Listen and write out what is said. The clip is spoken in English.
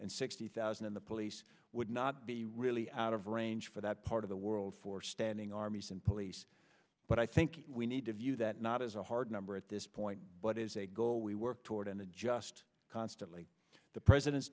and sixty thousand in the police would not be really out of range for that part of the world for standing armies and police but i think we need to view that not as a hard number at this point but is a goal we work toward and adjust constantly the president's